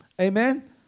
amen